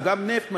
או נפט,